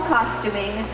Costuming